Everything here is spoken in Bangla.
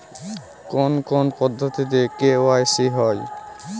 কোন কোন পদ্ধতিতে কে.ওয়াই.সি হয়?